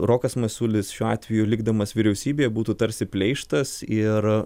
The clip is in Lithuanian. rokas masiulis šiuo atveju likdamas vyriausybėje būtų tarsi pleištas ir